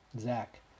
Zach